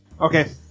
Okay